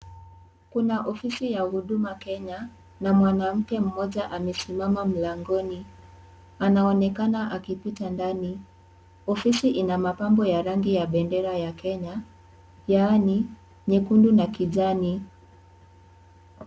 Kuna ofisi ya huduma Kenya na mwanamke mmoja amesimama mlangoni. Anaonekana akipita ndani. Ofisi ina mapambo ya rangi ya bendera ya Kenya yaani nyekundu na kijani.